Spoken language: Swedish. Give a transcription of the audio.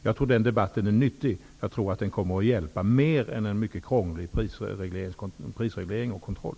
Jag tror att den debatten är nyttig och kommer att hjälpa mer än en mycket krånglig prisreglering och kontroll.